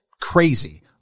Crazy